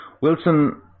Wilson